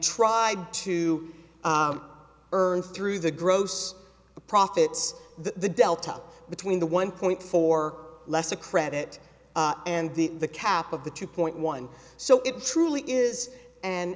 tried to earn through the gross profits the delta between the one point four less a credit and the the cap of the two point one so it truly is an